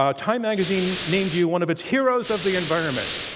ah time magazine named you one of its heroes of the environment.